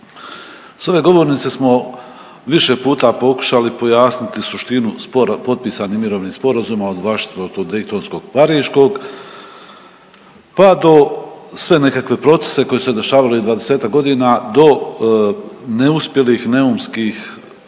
S ove govornice smo više puta pokušali pojasniti suštinu potpisanih mirovnih sporazuma od whashingtonskog, daytonskog, pariškog pa do sve nekakve procese koji su se dešavali 20-ak godina do neuspjelih neumskih,